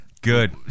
Good